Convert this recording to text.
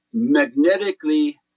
magnetically